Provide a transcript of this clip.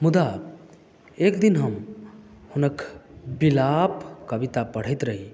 मुदा एकदिन हम हुनक विलाप कविता पढैत रही